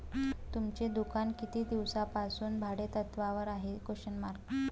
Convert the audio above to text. तुमचे दुकान किती दिवसांपासून भाडेतत्त्वावर आहे?